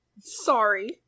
sorry